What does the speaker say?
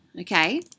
Okay